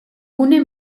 gune